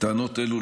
טענות אלה,